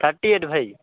thirty-eight ଭାଇ